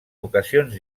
ocasions